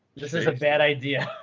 this is a bad idea.